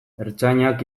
ertzainak